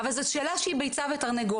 אבל זו שאלה שהיא ביצה ותרנגולת.